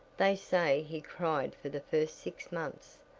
they say he cried for the first six months,